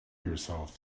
yourself